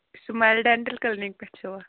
smile dental clinic پیٚٹھ چھِوا